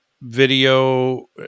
video